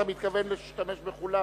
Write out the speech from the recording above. אתה מתכוון להשתמש בכולן?